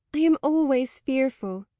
i am always fearful,